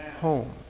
home